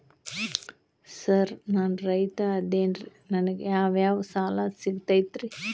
Sir ನಾನು ರೈತ ಅದೆನ್ರಿ ನನಗ ಯಾವ್ ಯಾವ್ ಸಾಲಾ ಸಿಗ್ತೈತ್ರಿ?